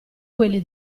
quelli